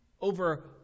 over